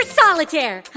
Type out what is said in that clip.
solitaire